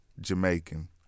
Jamaican